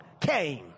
came